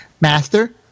Master